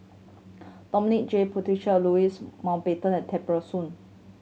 Dominic J Puthucheary Louis Mountbatten and Tear Ee Soon